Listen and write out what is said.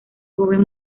joven